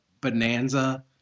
Bonanza